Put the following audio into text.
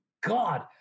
God